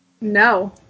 No